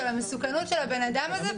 של המסוכנות של הבן-אדם הזה,